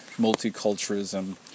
multiculturalism